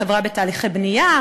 חברה בתהליכי בנייה,